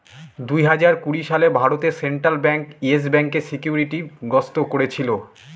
দুই হাজার কুড়ি সালে ভারতে সেন্ট্রাল ব্যাঙ্ক ইয়েস ব্যাঙ্কে সিকিউরিটি গ্রস্ত করেছিল